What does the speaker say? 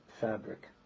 fabric